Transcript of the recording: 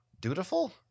dutiful